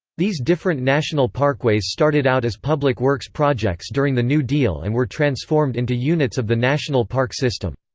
these different national parkways started out as public works projects during the new deal and were transformed into units of the national park system.